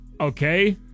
Okay